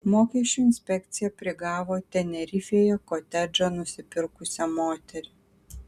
mokesčių inspekcija prigavo tenerifėje kotedžą nusipirkusią moterį